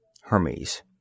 Hermes